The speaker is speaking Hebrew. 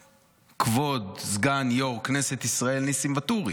לכבוד סגן יו"ר כנסת ישראל ניסים ואטורי.